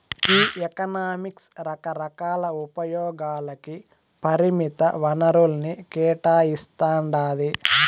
ఈ ఎకనామిక్స్ రకరకాల ఉపయోగాలకి పరిమిత వనరుల్ని కేటాయిస్తాండాది